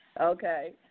Okay